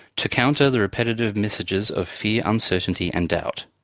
to counter the repetitive messages of fear, uncertainty and doubt.